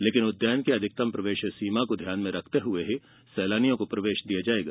लेकिन उद्यानिकी अधिकतम प्रवेश सीमा को ध्यान में रखते हुए ही सैलानियों को प्रवेश दिया जायेगा